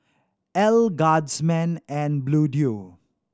Elle Guardsman and Bluedio